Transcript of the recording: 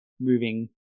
moving